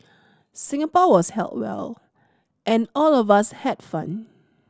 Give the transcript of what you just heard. Singapore was held well and all of us had fun